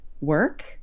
work